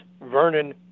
Vernon